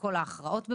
וכל ההכרעות.